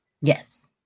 Yes